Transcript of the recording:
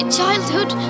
childhood